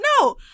No